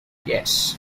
yes